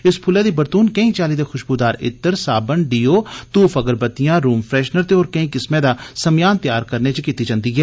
इस फुल्लै दी बरतून केई चाली दे खुशबरेदार इत्र साबन डियो धूफ अगरबतियां रूम फ्रेशनर ते होर केंई किस्मै दा समान तैयार करने च कीती जन्दी ऐ